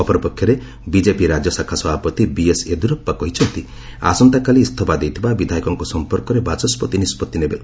ଅପରପକ୍ଷରେ ବିକେପି ରାଜ୍ୟଶାଖା ସଭାପତି ବିଏସ୍ ଏଦିୟୁରାପ୍ପା କହିଛନ୍ତି ଆସନ୍ତାକାଲି ଇସ୍ତଫା ଦେଇଥିବା ବିଧାୟକଙ୍କ ସମ୍ପର୍କରେ ବାଚସ୍କତି ନିଷ୍କଭି ନେବେ